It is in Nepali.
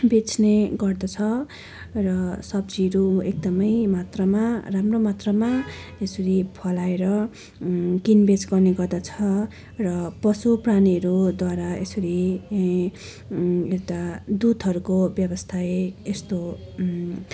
बेच्ने गर्दछ र सब्जीहरू एकदमै मात्रामा राम्रो मात्रामा यसरी फलाएर किनबेच गर्ने गर्दछ र पशुप्राणीद्वारा यसरी यी यता दुधहरूको व्यावसायिक यस्तो